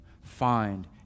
find